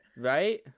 Right